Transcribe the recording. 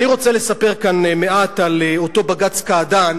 אני רוצה לספר כאן מעט על אותו בג"ץ קעדאן